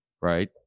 right